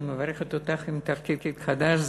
אני מברכת אותך לתפקיד החדש,